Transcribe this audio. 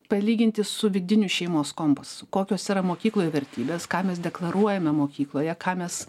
palyginti su vidiniu šeimos kompasu kokios yra mokykloj vertybės ką mes deklaruojame mokykloje ką mes